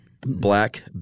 black